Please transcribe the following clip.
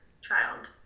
child